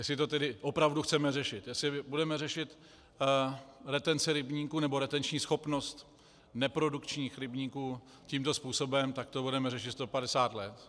Jestli to tedy opravdu chceme řešit, jestli budeme řešit retence rybníků nebo retenční schopnost neprodukčních rybníků tímto způsobem, tak to budeme řešit sto padesát let.